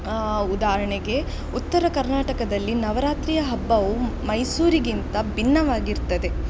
ಉದಾಹರಣೆಗೆ ಉತ್ತರ ಕರ್ನಾಟಕದಲ್ಲಿ ನವರಾತ್ರಿಯ ಹಬ್ಬವು ಮೈಸೂರಿಗಿಂತ ಭಿನ್ನವಾಗಿರ್ತದೆ